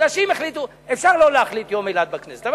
כי אם החליטו, אפשר לא להחליט על יום אילת בכנסת.